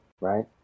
right